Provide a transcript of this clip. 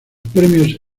premios